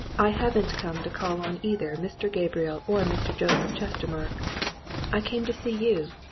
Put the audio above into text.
i haven't come to call on either mr. gabriel or mr. joseph chestermarke i came to see you.